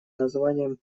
названием